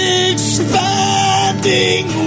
expanding